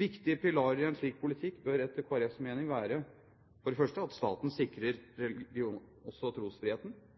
Viktige pilarer i en slik politikk bør etter Kristelig Folkepartis mening for det første være at staten sikrer